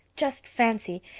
just fancy!